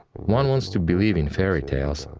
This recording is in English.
one wants to believe in fairy tales,